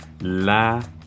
la